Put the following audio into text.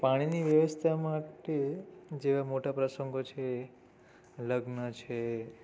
પાણીની વ્યવસ્થા માટે જેવા મોટા પ્રસંગો છે લગ્ન છે